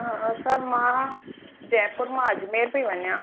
हा सर मां जयपुर मां अजमेर पेई वञां